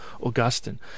Augustine